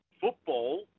football –